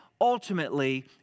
ultimately